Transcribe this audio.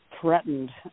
threatened